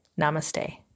Namaste